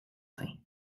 tain